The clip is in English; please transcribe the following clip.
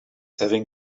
having